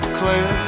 clear